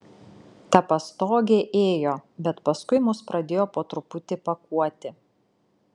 ta pastogė ėjo bet paskui mus pradėjo po truputį pakuoti